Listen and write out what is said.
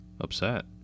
Upset